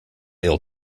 ill